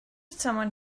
someone